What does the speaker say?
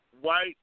white